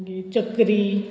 चकरी